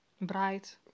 bright